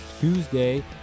Tuesday